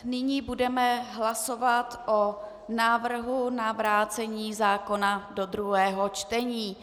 Nyní budeme hlasovat o návrhu na vrácení zákona do druhého čtení.